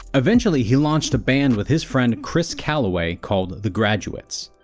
eventually, he launched a band with his friend chris holloway, called the graduates.